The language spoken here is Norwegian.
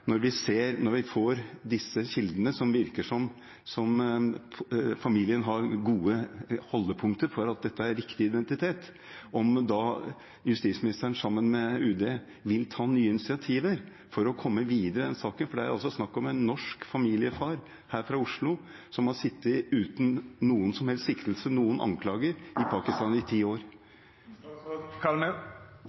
riktig identitet – vil da justisministeren, sammen med UD, ta nye initiativer for å komme videre i denne saken? Det er altså snakk om en norsk familiefar fra Oslo som har sittet uten noen som helst siktelse, uten noen anklager, i Pakistan i ti